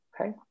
Okay